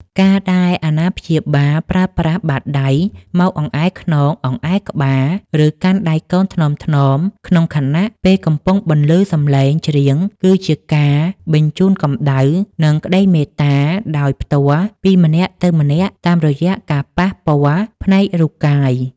ការដែលអាណាព្យាបាលប្រើប្រាស់បាតដៃមកអង្អែលខ្នង អង្អែលក្បាល ឬកាន់ដៃកូនថ្នមៗក្នុងខណៈពេលកំពុងបន្លឺសំឡេងច្រៀង គឺជាការបញ្ជូនកម្ដៅ និងក្ដីមេត្តាដោយផ្ទាល់ពីម្នាក់ទៅម្នាក់តាមរយៈការប៉ះពាល់ផ្នែករូបកាយ។